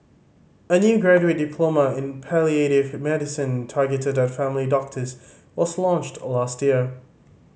a new graduate diploma in palliative medicine targeted at family doctors was launched last year